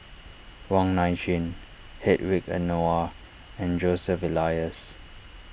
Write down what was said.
Wong Nai Chin Hedwig Anuar and Joseph Elias